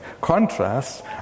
contrast